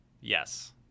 Yes